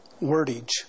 wordage